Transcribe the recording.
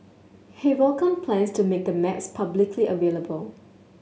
he welcomed plans to make the maps publicly available